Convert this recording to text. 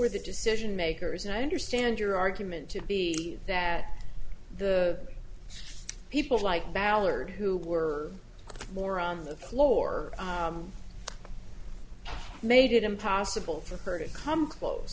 are the decision makers and i understand your argument to be that the people like ballard who were more on the floor made it impossible for her to come close